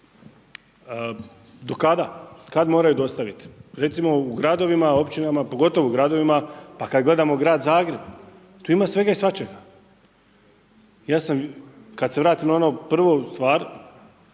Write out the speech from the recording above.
Do kada? Kad moraju dostaviti? Recimo u gradovima, općinama, pogotovo gradovima, pa kad gledamo grad Zagreb, tu ima svega i svačega. Ja sam kad se vratim na ono prvu stvar,